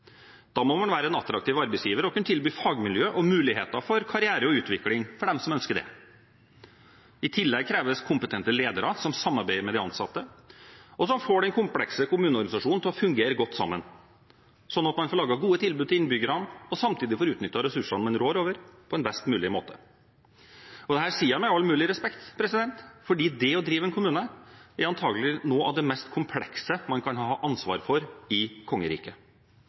Da må man være en attraktiv arbeidsgiver og kunne tilby fagmiljø og muligheter for karriere og utvikling for dem som ønsker det. I tillegg kreves kompetente ledere som samarbeider med de ansatte, og som får den komplekse kommuneorganisasjonen til å fungere godt til sammen, sånn at man får laget gode tilbud til innbyggerne og samtidig får utnyttet ressursene man rår over, på en best mulig måte. Dette sier jeg med all mulig respekt, for det å drive en kommune er antakelig noe av det mest komplekse man kan ha ansvar for i kongeriket.